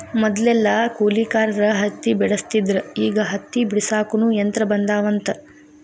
ಮದಲೆಲ್ಲಾ ಕೂಲಿಕಾರರ ಹತ್ತಿ ಬೆಡಸ್ತಿದ್ರ ಈಗ ಹತ್ತಿ ಬಿಡಸಾಕುನು ಯಂತ್ರ ಬಂದಾವಂತ